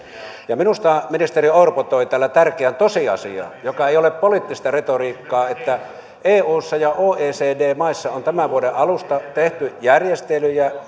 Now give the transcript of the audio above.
sen minusta ministeri orpo toi täällä esille tärkeän tosiasian joka ei ole poliittista retoriikkaa että eussa ja oecd maissa on tämän vuoden alusta tehty järjestelyjä